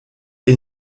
est